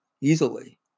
easily